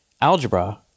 algebra